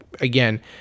Again